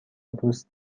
دوست